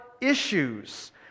issues